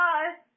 Bye